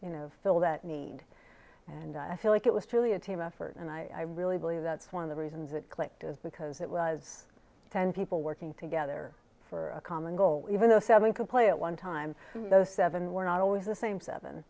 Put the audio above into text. you know fill that need and i feel like it was truly a team effort and i really believe that's one of the reasons it clicked is because it was ten people working together for a common goal even though seven could play at one time those seven were not always the same seven